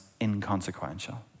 inconsequential